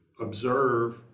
observe